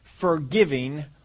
Forgiving